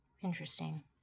Interesting